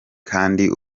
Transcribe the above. kandi